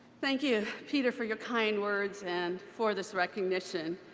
thank you, peter, for your kind words and for this recognition.